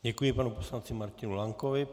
Děkuji panu poslanci Martinu Lankovi.